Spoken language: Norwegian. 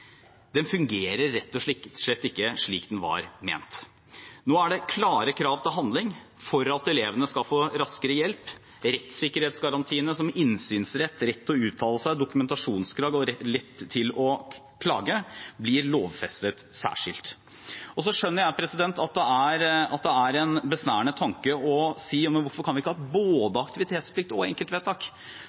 Den fungerer rett og slett ikke slik den var ment. Nå er det klare krav til handling for at elevene skal få raskere hjelp. Rettssikkerhetsgarantiene, som innsynsrett, rett til å uttale seg, dokumentasjonskrav og rett til å klage, blir lovfestet særskilt. Så skjønner jeg at det er en besnærende tanke å si at hvorfor kan vi ikke ha både aktivitetsplikt og enkeltvedtak.